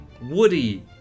Woody